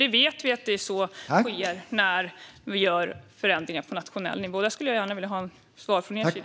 Vi vet att så sker när vi gör förändringar på nationell nivå. Där skulle jag gärna vilja ha ett svar från er sida.